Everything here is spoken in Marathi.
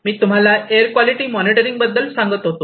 मी तुम्हाला एअर कॉलिटी मॉनिटरिंग बद्दल सांगत होतो